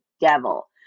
devil